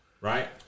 right